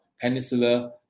peninsula